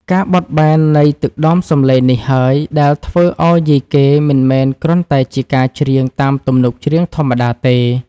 ការបត់បែននៃទឹកដមសំឡេងនេះហើយ ដែលធ្វើឱ្យយីកេមិនមែនគ្រាន់តែជាការច្រៀងតាមទំនុកច្រៀងធម្មតាទេ។